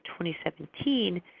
2017